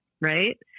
right